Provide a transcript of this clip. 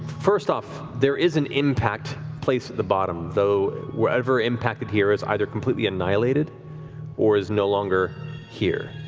first off, there is an impact place at the bottom, though, whatever impacted here is either completely annihilated or is no longer here.